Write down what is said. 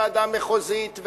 ועדה מחוזית,